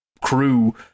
crew